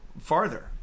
farther